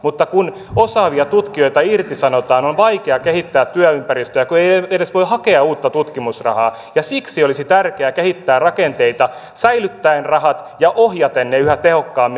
mutta kun osaavia tutkijoita irtisanotaan on vaikea kehittää työympäristöä kun ei edes voi hakea uutta tutkimusrahaa ja siksi olisi tärkeää kehittää rakenteita säilyttäen rahat ja ohjaten ne yhä tehokkaammin